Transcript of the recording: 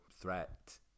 threat